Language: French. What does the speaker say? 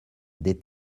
des